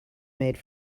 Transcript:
made